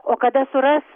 o kada suras